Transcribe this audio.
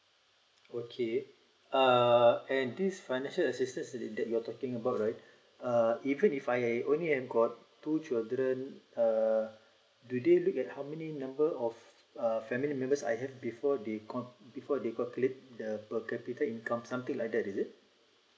okay uh and this financial assistance is in that you're talking about right uh even if I only and got two children uh do they look at how many number of uh family members I have before they call before they got calculate per capital income something like that is it